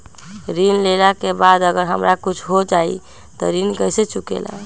ऋण लेला के बाद अगर हमरा कुछ हो जाइ त ऋण कैसे चुकेला?